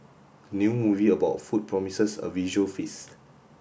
the new movie about food promises a visual feast